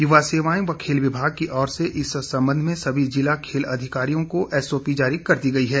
युवा सेवाएं व खेल विभाग की ओर से इस संबंध में सभी जिला खेल अधिकारियों को एसओपी जारी कर दी गई है